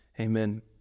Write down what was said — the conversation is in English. Amen